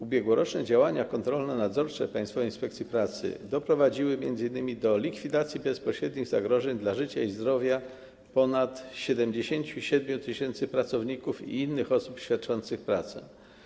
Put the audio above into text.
Ubiegłoroczne działania kontrolno-nadzorcze Państwowej Inspekcji Pracy doprowadziły m.in. do likwidacji bezpośrednich zagrożeń dla życia i zdrowia ponad 77 tys. pracowników i innych osób świadczących pracę.